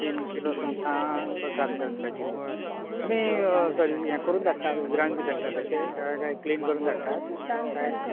तीन किलो सुंगटां घालपाचीं तेतून तुमी सर हें करून धाडटा उजरावन बी धाडटा अशे क्लीन करून धाडटा कांय